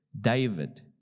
David